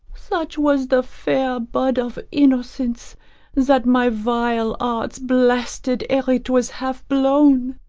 such was the fair bud of innocence that my vile arts blasted ere it was half blown.